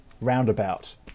roundabout